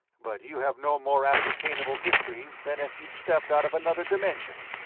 but you have no more ascertainable history than if you'd stepped out of another dimension.